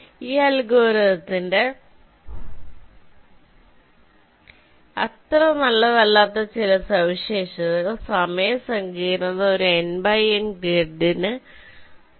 ഈ അൽഗോരിതത്തിന്റെ അത്ര നല്ലതല്ലാത്ത ചില സവിശേഷതകൾ സമയ സങ്കീർണ്ണത ഒരു N × N ഗ്രിഡിന് Ο ആണ്